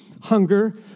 hunger